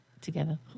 together